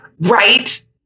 Right